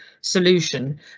solution